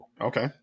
Okay